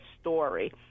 story